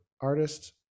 artist